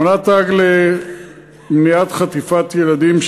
אמנת האג למניעת חטיפת ילדים,